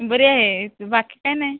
बरी आहे बाकी काय नाही